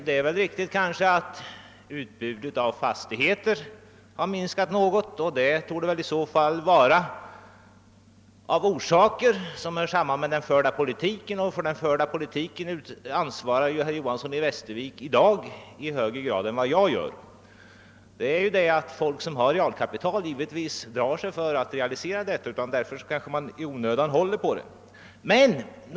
Det är kanske riktigt att utbudet av fastigheter minskat något, och det torde väl i så fall vara av orsaker som hör samman med den förda politiken; och för den ansvarar ju herr Johanson i Västervik i dag i högre grad än jag gör. Personer som har realkapital drar sig givetvis i nuvarande läge för att realisera detta och håller kanske därför i onödan på det.